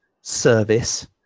service